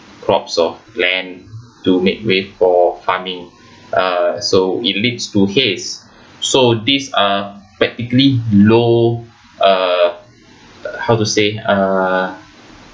crops of land to make way for farming uh so it leads to haze so these are practically low uh how to say uh